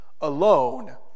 alone